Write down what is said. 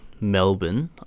Melbourne